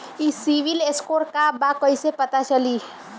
ई CIBIL score का बा कइसे पता चली?